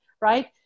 right